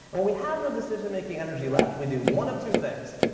when we have no decision-making energy left, we do one of two things.